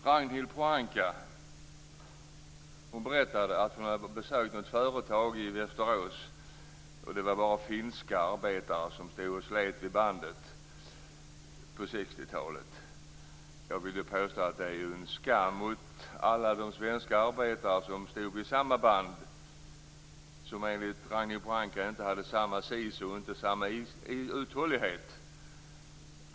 Ragnhild Pohanka har berättat hur hon på 60-talet besökte ett företag i Västerås där det bara var finska arbetare som slet vid bandet. Jag vill mena att det är ett skamligt påstående gentemot alla de svenska arbetare som stod vid samma band och som enligt Ragnhild Pohanka inte hade samma sisu och uthållighet.